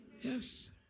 Yes